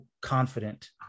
confident